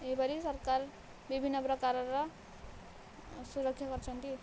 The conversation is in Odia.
ଏହି ପରି ସରକାର ବିଭିନ୍ନ ପ୍ରକାରର ସୁରକ୍ଷା କରୁଛନ୍ତି